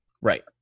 Right